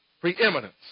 preeminence